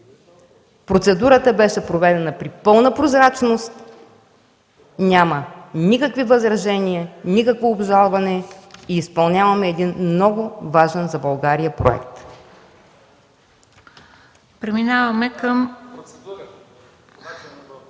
Процедурата беше проведена при пълна прозрачност. Няма никакви възражения, никакво обжалване. Изпълняваме един много важен за България проект.